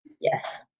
Yes